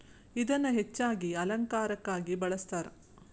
ಇದನ್ನಾ ಹೆಚ್ಚಾಗಿ ಅಲಂಕಾರಕ್ಕಾಗಿ ಬಳ್ಸತಾರ